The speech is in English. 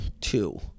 Two